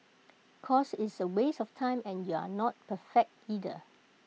cause it's A waste of time and you're not perfect either